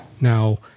Now